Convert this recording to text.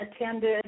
attended